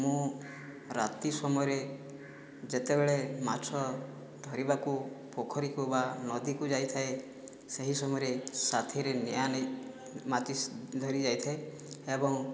ମୁଁ ରାତି ସମୟରେ ଯେତେବେଳେ ମାଛ ଧରିବାକୁ ପୋଖରୀକୁ ବା ନଦୀକୁ ଯାଇଥାଏ ସେହି ସମୟରେ ସାଥିରେ ନିଆଁ ନେଇ ମାଚିସ୍ ଧରି ଯାଇଥାଏ ଏବଂ